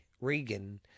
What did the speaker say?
Regan